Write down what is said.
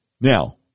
Now